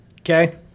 Okay